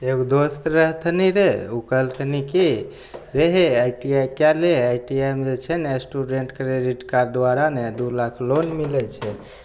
एगो दोस्त रहथिन रऽ उ कहलखिन की रेहे आइ टी आइ कए ले आइ टी आइ मे जे छै ने स्टूडेंट क्रेडिट कार्ड द्वारा ने दु लाख लोन मिलय छै